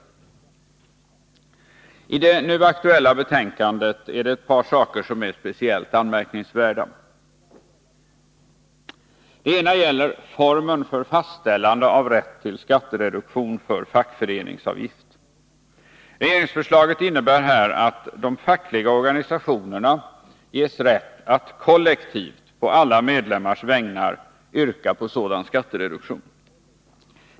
I det nu aktuella betänkandet är det ett par saker som är speciellt anmärkningsvärda. Den ena gäller formen för fastställande av rätt till skattereduktion för fackföreningsavgift. Regeringsförslaget innebär att de fackliga organisationerna ges rätt att kollektivt på alla medlemmars vägnar yrka på sådan skattereduktion.